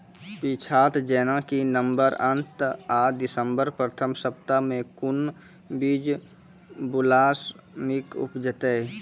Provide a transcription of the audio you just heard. पीछात जेनाकि नवम्बर अंत आ दिसम्बर प्रथम सप्ताह मे कून बीज बुनलास नीक उपज हेते?